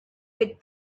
with